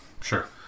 Sure